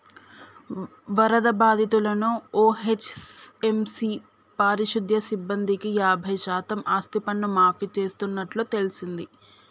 వరద బాధితులను ఓ.హెచ్.ఎం.సి పారిశుద్య సిబ్బందికి యాబై శాతం ఆస్తిపన్ను మాఫీ చేస్తున్నట్టు తెల్సింది